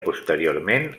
posteriorment